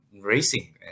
racing